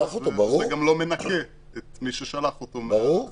זה גם לא מנקה את מי ששלח אותו מכל אחריות.